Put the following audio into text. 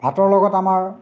ভাতৰ লগত আমাৰ